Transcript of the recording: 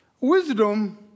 Wisdom